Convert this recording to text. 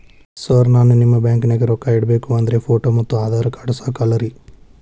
Sir ನಾನು ನಿಮ್ಮ ಬ್ಯಾಂಕನಾಗ ರೊಕ್ಕ ಇಡಬೇಕು ಅಂದ್ರೇ ಫೋಟೋ ಮತ್ತು ಆಧಾರ್ ಕಾರ್ಡ್ ಸಾಕ ಅಲ್ಲರೇ?